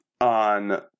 on